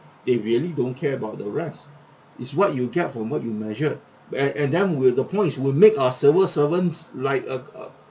they really don't care about the rest is what you get from what you measured and and then with the points will make our civil servants like uh uh